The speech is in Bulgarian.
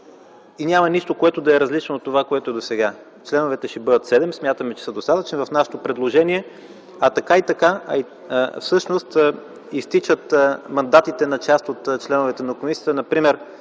и няма нищо, което да е различно, от това, което е досега. Членовете ще бъдат седем, смятаме, че са достатъчни в нашето предложение. Така и така изтичат мандатите на част от членовете на комисията, например